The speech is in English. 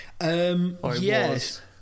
Yes